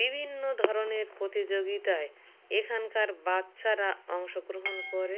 বিভিন্ন ধরনের প্রতিযোগিতায় এখানকার বাচ্চারা অংশগ্রহণ করে